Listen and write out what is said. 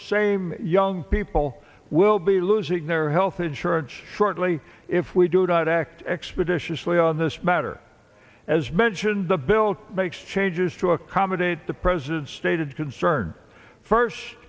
same young people will be losing their health insurance shortly if we do not act expeditiously on this matter as mentioned the bill makes changes to accommodate the president's stated concern first